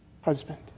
husband